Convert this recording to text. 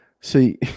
See